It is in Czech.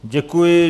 Děkuji.